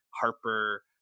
Harper